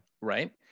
Right